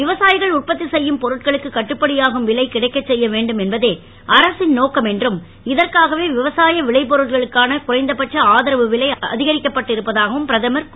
விவசாயிகள் உற்பத்தி செய்யும் பொருட்களுக்கு கட்டுப்படியாகும் விலை கிடைக்கச் செய்ய வேண்டும் என்பதே அரசின் நோக்கம் என்றும் இதற்காகவே விவசாய விளை பொருட்களுக்கான குறைந்தபட்ச ஆதரவு விலை அதிகரிக்கப்பட்டு இருப்பதாகவும் பிரதமர் கூறினார்